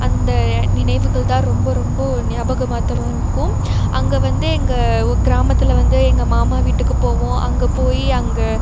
அந்த நினைவுகள் தான் ரொம்ப ரொம்ப ஞாபகமாத்தமாக இருக்கும் அங்கே வந்து எங்கள் ஓ கிராமத்தில் வந்து எங்கள் மாமா வீட்டுக்கு போவோம் அங்கே போய் அங்கே